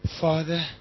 Father